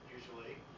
usually